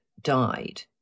died